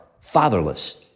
fatherless